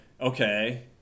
okay